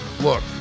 Look